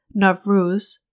Navruz